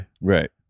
right